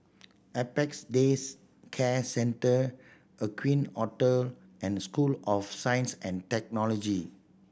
Apex Days Care Centre Aqueen Hotel and School of Science and Technology